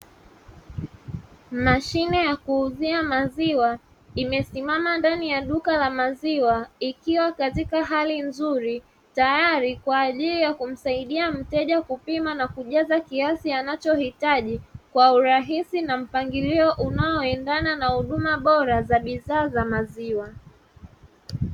Mashine ya kuuzia maziwa imesimama ndani ya duka la maziwa, ikiwa katika hali nzuri tayari kwa ajili ya kumsaidia mteja kupima na kujaza kiasi anachohitaji kwa urahisi na mpangilio unaoendana na huduma bora za bidhaa za maziwa.